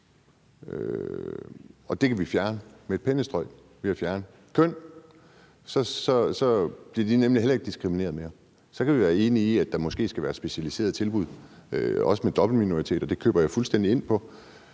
og det kan vi fjerne med et pennestrøg ved at fjerne køn. Så bliver de nemlig heller ikke diskrimineret mere. Så kan vi være enige i, at der måske skal være specialiserede tilbud også for dobbelte minoriteter; det køber jeg fuldstændig ind på,